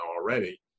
already